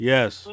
Yes